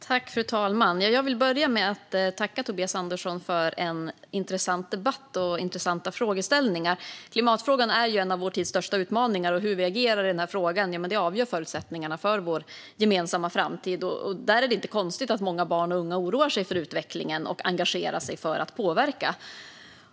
Fru ålderspresident! Jag vill börja med att tacka Tobias Andersson för en intressant debatt och intressanta frågeställningar. Klimatfrågan är en av vår tids största utmaningar, och hur vi agerar i den frågan avgör förutsättningarna för vår gemensamma framtid. Det är inte konstigt att många barn och unga oroar sig för utvecklingen och engagerar sig för att påverka.